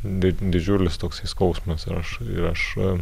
di didžiulis toksai skausmas ir aš ir aš